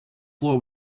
floor